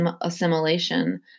assimilation